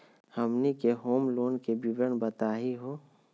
हमनी के home loan के विवरण बताही हो?